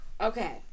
Okay